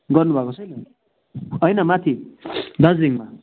गर्नुभएको छैन होइन माथि दार्जिलिङमा